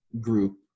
group